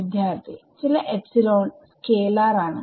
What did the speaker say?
വിദ്യാർത്ഥി ചില epsilon scalar ആണ്